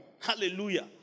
hallelujah